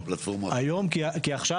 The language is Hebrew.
כי עכשיו,